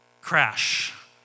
crash